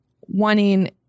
wanting